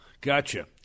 Gotcha